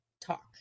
talk